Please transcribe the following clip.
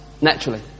naturally